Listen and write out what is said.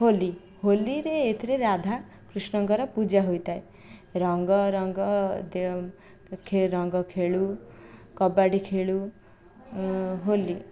ହୋଲି ହୋଲିରେ ଏଥିରେ ରାଧା କୃଷ୍ଣଙ୍କର ପୂଜା ହୋଇଥାଏ ରଙ୍ଗ ରଙ୍ଗ ରଙ୍ଗ ଖେଳୁ କବାଡ଼ି ଖେଳୁ ହୋଲି